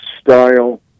style